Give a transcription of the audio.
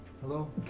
hello